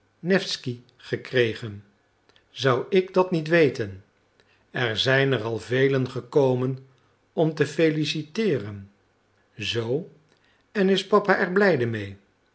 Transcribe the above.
alexander newsky gekregen zou ik dat niet weten er zijn er al velen gekomen om te feliciteeren zoo en is papa er blij mede